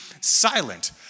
silent